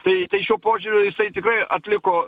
tai tai šiuo požiūriu jisai tikrai atliko